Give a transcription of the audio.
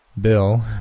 Bill